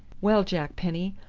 well, jack penny,